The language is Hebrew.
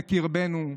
בקרבנו,